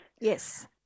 Yes